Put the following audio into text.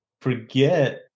forget